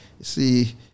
see